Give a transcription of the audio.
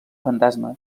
fantasma